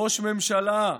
"ראש הממשלה,